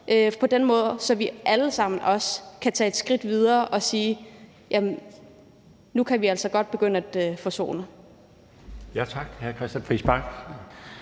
på den måde alle sammen også kan tage et skridt videre og sige: Nu kan vi altså godt begynde at forsone